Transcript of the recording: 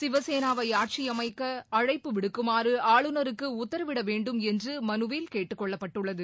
சிவசேனாவை ஆட்சியமைக்க அழைப்பு விடுக்குமாறு ஆளுநருக்கு உத்தரவிட வேண்டும் என்று மனுவில் கேட்டுக் கொள்ளப்பட்டுள்ளது